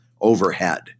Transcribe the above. overhead